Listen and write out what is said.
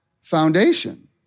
foundation